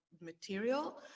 material